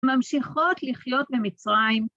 ממשיכות לחיות במצרים.